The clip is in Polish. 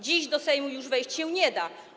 Dziś do Sejmu już wejść się nie da.